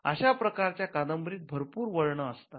अशा प्रकारच्या कादंबरीत भरपूर वळणं असतात